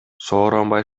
сооронбай